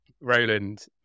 Roland